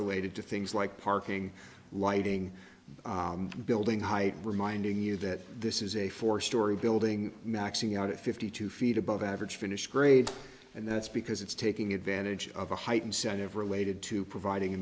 related to things like parking lighting building height reminding you that this is a four story building maxing out at fifty two feet above average finish grade and that's because it's taking advantage of a heightened sense of related to providing a